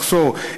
מחסור,